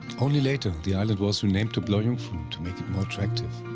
only later the island was renamed to bla jungfrun, to make it more attractive.